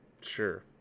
sure